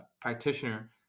practitioner